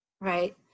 right